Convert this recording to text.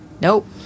Nope